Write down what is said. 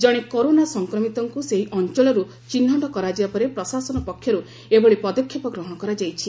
ଜଣେ କରୋନା ସଂକ୍ରମିତଙ୍କ ସେହି ଅଞ୍ଞଳରୁ ଚିହ୍ବଟ କରାଯିବା ପରେ ପ୍ରଶାସନ ପକ୍ଷରୁ ଏଭଳି ପଦକ୍ଷେପ ଗ୍ରହଣ କରାଯାଇଛି